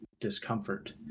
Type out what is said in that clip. discomfort